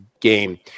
game